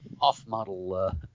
off-model